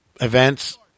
events